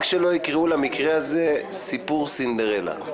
רק שלא יקראו למקרה הזה: סיפור סינדרלה.